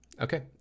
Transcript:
Okay